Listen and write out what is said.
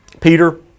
Peter